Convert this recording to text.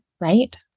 right